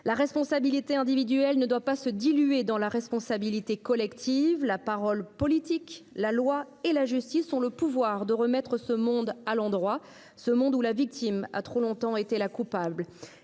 La responsabilité individuelle ne doit pas se diluer dans la responsabilité collective. La parole politique, la loi et la justice ont le pouvoir de remettre ce monde à l'endroit, ce monde où la victime a trop longtemps été la coupable.